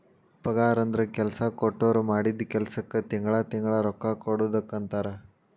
ಪಗಾರಂದ್ರ ಕೆಲ್ಸಾ ಕೊಟ್ಟೋರ್ ಮಾಡಿದ್ ಕೆಲ್ಸಕ್ಕ ತಿಂಗಳಾ ತಿಂಗಳಾ ರೊಕ್ಕಾ ಕೊಡುದಕ್ಕಂತಾರ